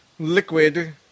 Liquid